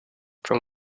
from